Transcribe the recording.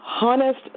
honest